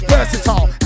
Versatile